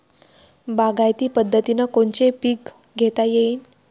बागायती पद्धतीनं कोनचे पीक घेता येईन?